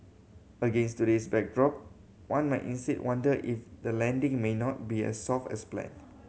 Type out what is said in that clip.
against today's backdrop one might instead wonder if the landing may not be as soft as planned